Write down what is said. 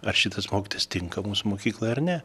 ar šitas mokytojas tinka mūsų mokyklai ar ne